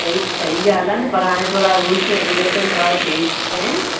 सही सही ॻाल्हि आहे न पर हाणे थोड़ा रुल्स रेग्युलेशन थोड़ा चेन्ज थीं विया अहिनि